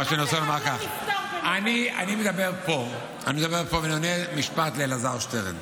מה שאני רוצה לומר: אני מדבר פה ואני עונה משפט לאלעזר שטרן.